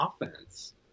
offense